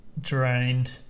drained